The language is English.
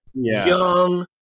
young